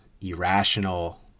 irrational